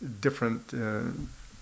different